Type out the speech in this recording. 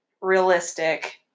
realistic